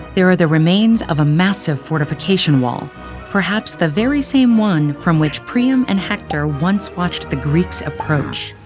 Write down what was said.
there are the remains of a massive fortification wall perhaps the very same one from which priam and hector once watched the greeks approach.